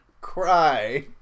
Cry